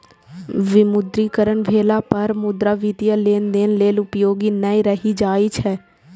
विमुद्रीकरण भेला पर मुद्रा वित्तीय लेनदेन लेल उपयोगी नै रहि जाइ छै